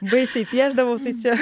baisiai piešdavau tai čia